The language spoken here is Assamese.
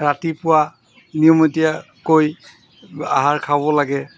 ৰাতিপুৱা নিয়মীয়াকৈ আহাৰ খাব লাগে